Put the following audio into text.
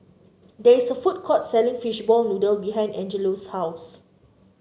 there is a food court selling Fishball Noodle behind Angelo's house